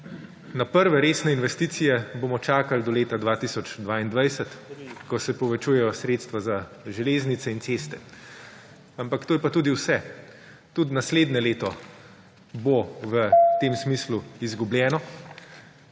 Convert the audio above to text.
Na prve resne investicije bomo čakali do leta 2022, ko se povečujejo sredstva za železnice in ceste, ampak to je pa tudi vse. Tudi naslednje leto bo v tem smislu izgubljeno.